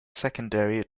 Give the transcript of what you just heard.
secondary